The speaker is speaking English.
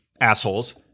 Assholes